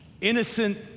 innocent